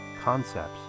concepts